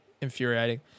infuriating